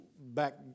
back